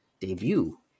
debut